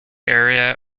area